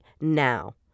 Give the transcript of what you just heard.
now